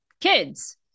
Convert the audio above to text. kids